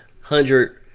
hundred